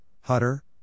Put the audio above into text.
Hutter